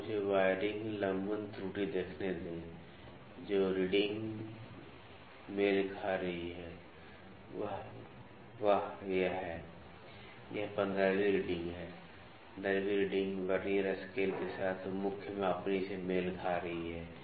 तो मुझे वायरिंग लंबन त्रुटि देखने दें जो रीडिंग मेल कर रही है वह वाह है यह 15 वीं रीडिंग है 15 वीं रीडिंग वर्नियर स्केल के साथ मुख्य मापनी से मेल खा रही है